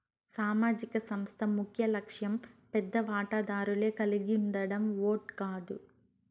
సామాజిక సంస్థ ముఖ్యలక్ష్యం పెద్ద వాటాదారులే కలిగుండడం ఓట్ కాదు